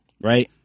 right